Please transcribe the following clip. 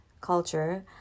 culture